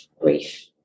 grief